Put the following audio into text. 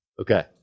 Okay